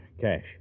cash